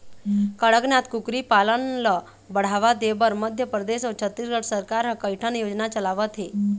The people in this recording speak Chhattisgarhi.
कड़कनाथ कुकरी पालन ल बढ़ावा देबर मध्य परदेस अउ छत्तीसगढ़ सरकार ह कइठन योजना चलावत हे